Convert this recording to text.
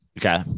Okay